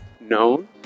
known